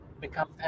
become